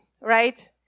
right